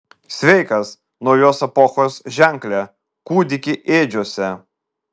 sveikas naujos epochos ženkle kūdiki ėdžiose